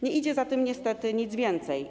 Nie idzie za tym niestety nic więcej.